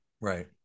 Right